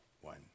one